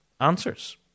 Answers